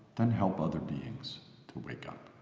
then help other beings to wake up.